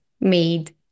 made